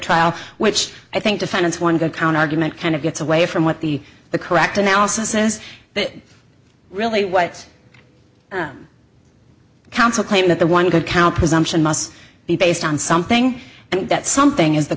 trial which i think defendants one good counterargument kind of gets away from what the the correct analysis says that really what counsel claim that the one good count presumption must be based on something and that something is the